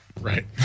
Right